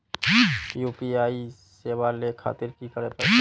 UPI सेवा ले खातिर की करे परते?